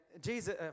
Jesus